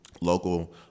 local